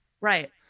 right